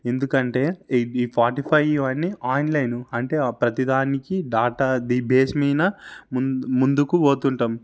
ఎందుకంటే ఇవి స్పాటిఫై ఇవన్నీ ఆన్లైన్ అంటే ప్రతీ దానికి డాటా అది బేస్ మీద ముందు ముందుకు పోతుంటాం